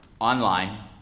online